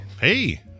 hey